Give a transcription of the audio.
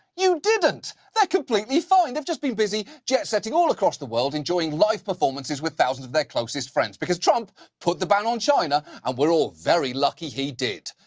you didn't! they're completely fine. they've just been busy jetsetting all across the world, enjoying live performances with thousands of their closest friends because trump put the ban on china, and we're all very lucky he did.